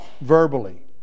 verbally